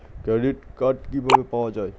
Credit card কিভাবে পাওয়া য়ায়?